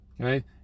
Okay